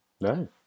No